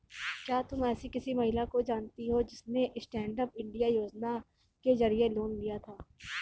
क्या तुम एसी किसी महिला को जानती हो जिसने स्टैन्डअप इंडिया योजना के जरिए लोन लिया था?